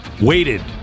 waited